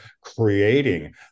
creating